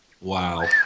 Wow